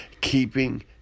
keeping